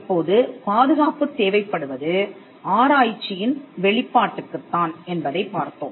இப்போது பாதுகாப்பு தேவைப்படுவது ஆராய்ச்சியின் வெளிப்பாட்டுக்குத் தான் என்பதைப் பார்த்தோம்